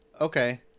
Okay